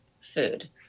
food